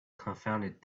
confounded